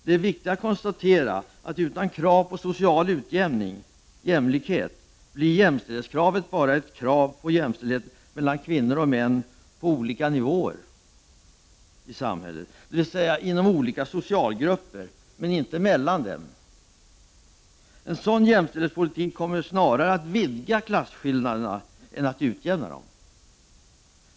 Det är viktigt att konstatera, att utan krav på social utjämning — jämlikhet — blir jämställdhetskravet bara ett krav på jämställdhet mellan kvinnor och män på olika nivåer i samhället, dvs. inom olika sociala grupper, men inte mellan dem. En sådan jämställdhetspolitik kommer snarare att vidga klasskillnaderna än att utjämna dem.